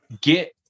get